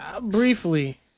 briefly